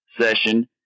session